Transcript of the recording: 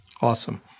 Awesome